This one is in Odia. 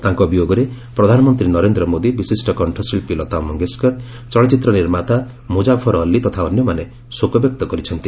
ତାଙ୍କ ବିୟୋଗରେ ପ୍ରଧାନମନ୍ତ୍ରୀ ନରେନ୍ଦ୍ର ମୋଦୀ ବିଶିଷ୍ଟ କଣ୍ଠଶିଳ୍ପୀ ଲତା ମଙ୍ଗେସ୍ଗର ଚଳଚ୍ଚିତ୍ର ନିର୍ମାତା ମୁଜାଫର ଅଲ୍ଲୀ ତଥା ଅନ୍ୟମାନେ ଶୋକବ୍ୟକ୍ତ କରିଛନ୍ତି